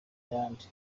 ayandi